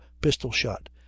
pistol-shot